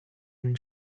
and